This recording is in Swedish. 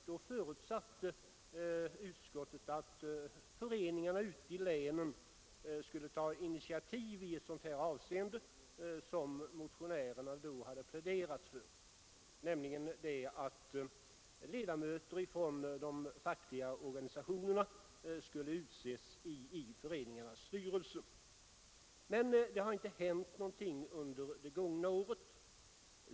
Då förutsatte utskottet att föreningarna ute i länen skulle ta initiativ i det avseende som motionärerna pläderat för, nämligen att ledamöter från de fackliga organisationerna skulle utses i företagareföreningarnas styrelser. Det har dock inte hänt något under det gångna året.